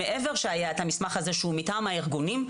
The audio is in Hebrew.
מעבר למסמך הזה שהוא מטעם הארגונים,